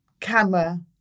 camera